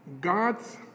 God's